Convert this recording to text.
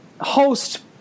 host